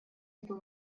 эту